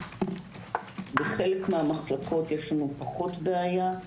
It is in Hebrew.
בחלק מהמחלקות יש לנו פחות בעיה.